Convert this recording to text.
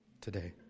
today